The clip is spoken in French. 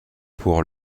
pour